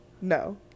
No